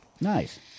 Nice